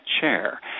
chair